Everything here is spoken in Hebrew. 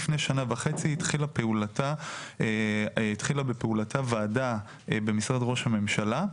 לפני שנה וחצי התחילה בפעולתה ועדה במשרד ראש הממשלה,